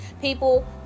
People